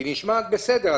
שנשמעת בסדר,